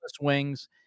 wings